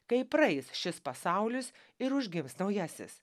kai praeis šis pasaulis ir užgims naujasis